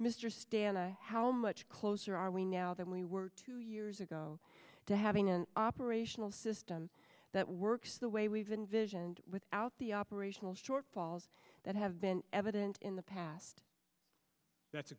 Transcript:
stana how much closer are we now than we were two years ago to having an operational system that works the way we've been vision and without the operational shortfalls that have been evident in the past that's a